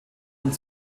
und